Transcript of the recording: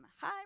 Hi